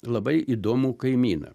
labai įdomų kaimyną